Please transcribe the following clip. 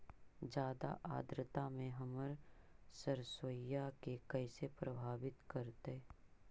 जादा आद्रता में हमर सरसोईय के कैसे प्रभावित करतई?